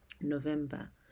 november